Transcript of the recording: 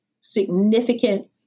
significant